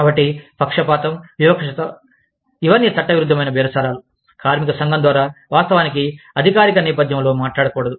కాబట్టి పక్షపాతం వివక్షత ఇవన్నీ చట్టవిరుద్ధమైన బేరసారాలు కార్మిక సంఘం ద్వారా వాస్తవానికి అధికారిక నేపధ్యంలో మాట్లాడకూడదు